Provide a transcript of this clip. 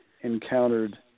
encountered